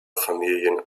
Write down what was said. familien